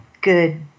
good